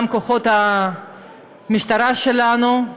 גם כוחות המשטרה שלנו,